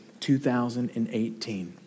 2018